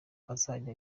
azajya